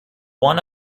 one